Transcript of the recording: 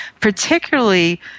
particularly